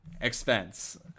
expense